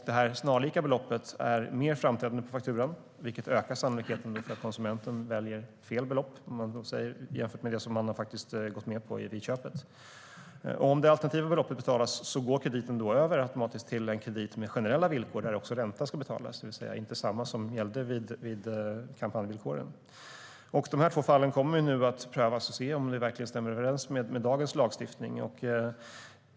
Det snarlika beloppet är mer framträdande på fakturan, vilket ökar sannolikheten för att konsumenten väljer fel belopp jämfört med det som man gått med på vid köpet. Och om det alternativa beloppet betalas går krediten automatiskt över till generella villkor där också ränta ska betalas, det vill säga inte desamma som kampanjvillkoren. Dessa två fall kommer man nu att pröva för att se om de verkligen är förenliga med dagens lagstiftning.